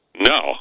No